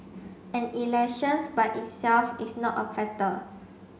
and elections by itself is not a factor